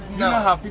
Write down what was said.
know how